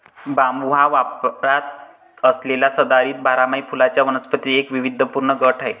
बांबू हा वापरात असलेल्या सदाहरित बारमाही फुलांच्या वनस्पतींचा एक वैविध्यपूर्ण गट आहे